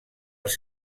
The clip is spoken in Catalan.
als